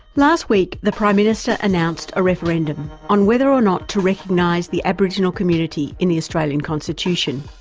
last week, the prime minister announced a referendum on whether or not to recognise the aboriginal community in the australian constitution.